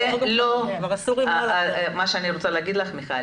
מה שאני רוצה להגיד לך מיכל,